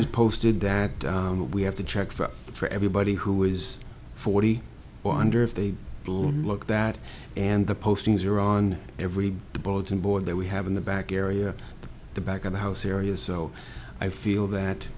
is posted that we have to check for for everybody who is forty wonder if they blew look at that and the postings are on every bulletin board that we have in the back area of the back of the house area so i feel that